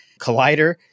Collider